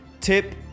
tip